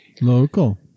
Local